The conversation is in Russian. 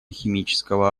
химического